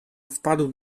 wpadł